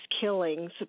killings